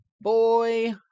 boy